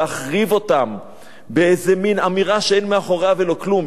להחריב אותם באיזה מין אמירה שאין מאחוריה ולא כלום.